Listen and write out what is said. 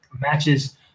matches